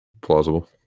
plausible